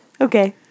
Okay